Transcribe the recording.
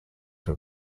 were